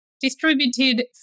distributed